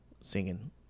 singing